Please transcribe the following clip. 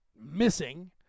missing